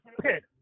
okay